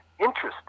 interesting